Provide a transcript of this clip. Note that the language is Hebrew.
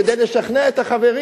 כדי לשכנע את החברים.